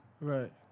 Right